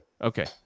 Okay